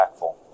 impactful